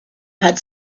had